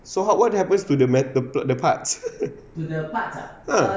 so what what happens to the metal the parts ah